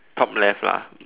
top left lah